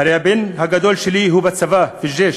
הרי הבן הגדול שלי בצבא, אל-ג'יש,